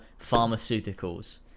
pharmaceuticals